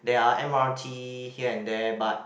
there are M_R_T here and there but